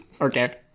Okay